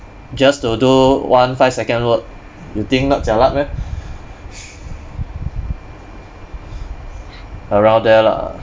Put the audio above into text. just to do one five second work you think not jialat meh around there lah